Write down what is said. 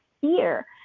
fear